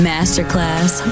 Masterclass